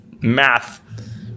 math